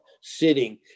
sitting